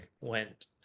went